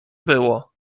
było